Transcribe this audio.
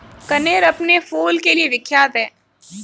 कनेर अपने फूल के लिए विख्यात है